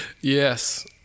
Yes